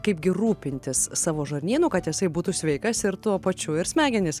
kaip gi rūpintis savo žarnynu kad jisai būtų sveikas ir tuo pačiu ir smegenys